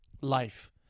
life